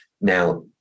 Now